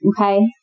Okay